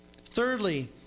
Thirdly